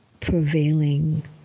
prevailing